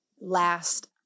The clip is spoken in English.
Last